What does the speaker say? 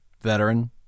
veteran